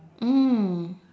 mm